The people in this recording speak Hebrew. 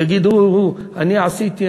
יגיד: אני עשיתי,